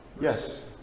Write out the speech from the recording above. Yes